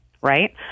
right